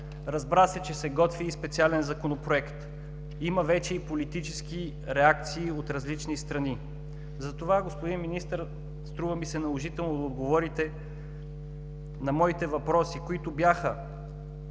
Разбра се, че се готви специален законопроект. Има вече и политически реакции от различни страни. Господин Министър, затова ми се струва наложително да отговорите на моите въпроси, които бяха: